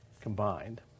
combined